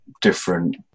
different